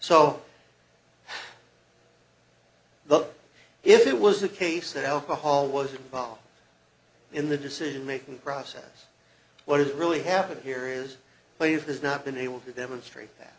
the if it was the case that alcohol was involved in the decision making process what is really happening here is what if has not been able to demonstrate that